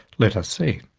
let us see.